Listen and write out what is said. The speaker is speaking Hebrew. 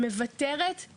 הממונה מקבלת החלטה.